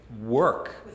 work